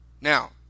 Now